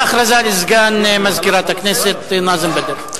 הודעה לסגן מזכירת הכנסת נאזם בדר.